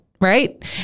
right